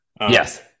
Yes